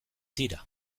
tira